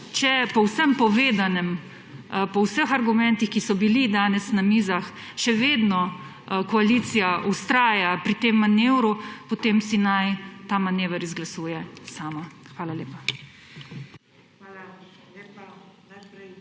Če po vsem povedanem, po vseh argumentih, ki so bili danes na mizah, še vedno koalicija vztraja pri tem manevru, potem si naj ta manever izglasuje sama. Hvala lepa.